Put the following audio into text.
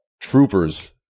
troopers